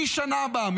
משנה הבאה,